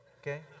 okay